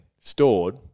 stored